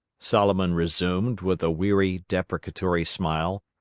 solomon resumed, with a weary, deprecatory smile,